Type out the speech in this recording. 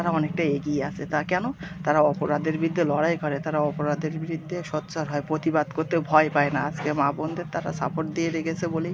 তারা অনেকটাই এগিয়ে আছে তা কেন তারা অপরাধের বিরুদ্ধে লড়াই করে তারা অপরাধের বিরুদ্ধে সোচ্চার হয় প্রতিবাদ করতে ভয় পায় না আজকে মা বোনদের তারা সাপোর্ট দিয়ে রেখেছে বলেই